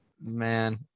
Man